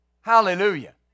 Hallelujah